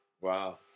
wow